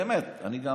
באמת, אני גם